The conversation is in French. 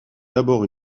d’abord